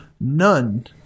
none